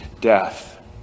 death